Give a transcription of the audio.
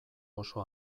oso